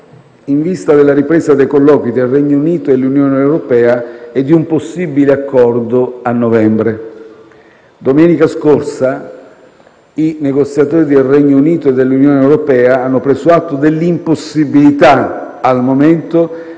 in vista della ripresa dei colloqui tra il Regno Unito e l'Unione europea e di un possibile accordo a novembre. Domenica scorsa, i negoziatori del Regno Unito e dell'Unione europea hanno preso atto dell'impossibilità, al momento,